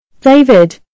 David